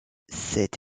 cette